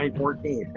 fourteen.